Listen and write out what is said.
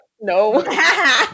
No